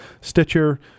Stitcher